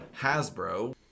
Hasbro